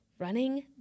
Running